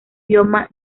bioma